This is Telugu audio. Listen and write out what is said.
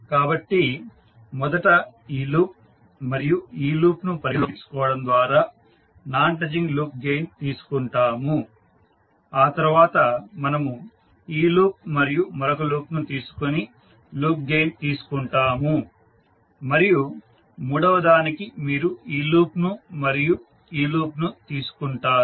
కాబట్టి మొదట ఈ లూప్ మరియు ఈ లూప్ను పరిగణనలోకి తీసుకోవడం ద్వారా నాన్ టచింగ్ లూప్ గెయిన్ తీసుకుంటాము ఆ తర్వాత మనము ఈ లూప్ మరియు మరొక లూప్ను తీసుకొని లూప్ గెయిన్ తీసుకుంటాము మరియు మూడవదానికి మీరు ఈ లూప్ను మరియు ఈ లూప్ను తీసుకుంటారు